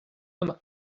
homme